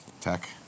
Tech